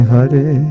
Hare